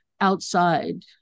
outside